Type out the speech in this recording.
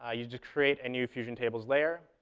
ah you just create a new fusion tables layer.